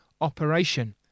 operation